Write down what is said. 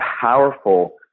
powerful